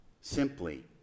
simply